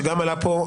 שגם עלה פה,